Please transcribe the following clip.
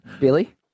Billy